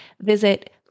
Visit